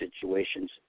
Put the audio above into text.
situations